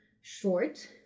short